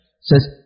says